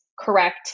correct